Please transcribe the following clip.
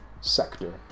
sector